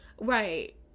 right